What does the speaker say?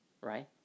right